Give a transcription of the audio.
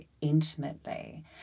intimately